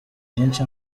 byinshi